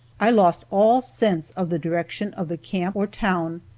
i lost all sense of the direction of the camp or town,